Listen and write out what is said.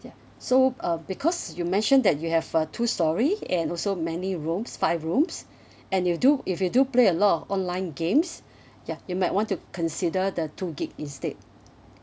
ya so uh because you mentioned that you have uh two storey and also many rooms five rooms and you do if you do play a lot of online games ya you might want to consider the two gigabyte instead